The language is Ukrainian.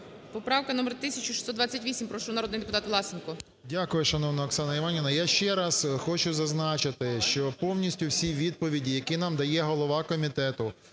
Поправка номер 1628. Прошу, народний депутат Власенко. 17:44:32 ВЛАСЕНКО С.В. Дякую, шановна Оксана Іванівна. Я ще раз хочу зазначити, що повністю всі відповіді, які нам дає голова комітету,